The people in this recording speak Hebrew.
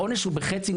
העונש נחתך בחצי.